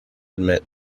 admit